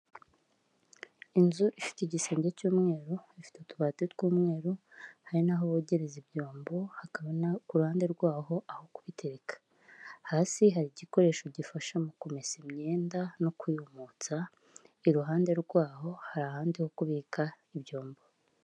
Inzu ifite igisenge cy'umweru, ifite utubati tw'umweru, hari naho bogereza ibyombo hakaba no ku ruhande rwaho aho kubitereka, hasi hari igikoresho gifasha mu kumesa imyenda no kuyumutsa, iruhande rwaho hari ahandi ho kubika ibyombo.